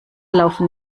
laufen